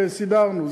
וסידרנו,